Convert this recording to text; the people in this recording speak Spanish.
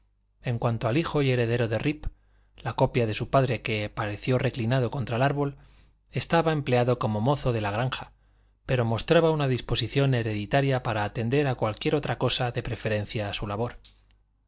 en cuanto al hijo y heredero de rip la copia de su padre que apareció reclinado contra el árbol estaba empleado como mozo de la granja pero mostraba una disposición hereditaria para atender a cualquiera otra cosa de preferencia a su labor